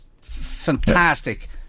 fantastic